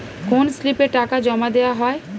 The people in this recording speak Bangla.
কোন স্লিপে টাকা জমাদেওয়া হয়?